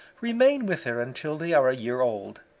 remain with her until they are a year old.